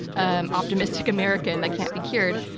ah optimistic american that can't be cured.